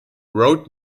road